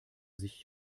sich